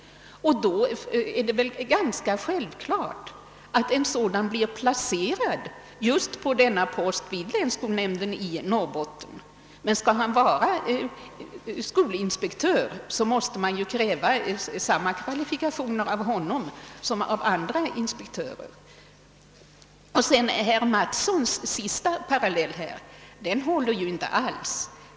Då är det ganska självklart att en sådan tjänsteman blir placerad på denna post vid länsskolnämnden i Norrbotten. Men skall han vara skolinspektör, måste man ju kräva samma kvalifikationer av honom som av andra inspektörer. Och herr Mattssons sista parallell håller ju inte alls.